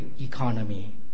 economy